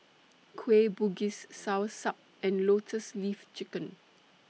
Kueh Bugis Soursop and Lotus Leaf Chicken